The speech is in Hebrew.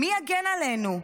"מי יגן עלינו?"